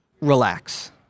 relax